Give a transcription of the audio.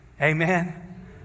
Amen